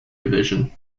division